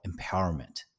empowerment